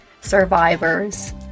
survivors